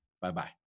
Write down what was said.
Bye-bye